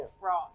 Wrong